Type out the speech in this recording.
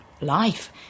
life